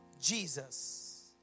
Jesus